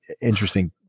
interesting